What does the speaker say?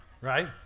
Right